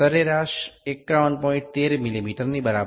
13 મીમીની બરાબર છે